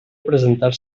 presentar